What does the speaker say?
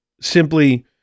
simply